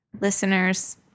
Listeners